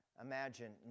Imagine